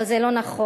אבל זה לא נכון.